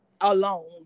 alone